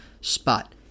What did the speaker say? spot